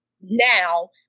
now